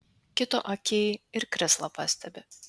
kito akyj ir krislą pastebi